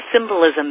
symbolism